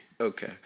Okay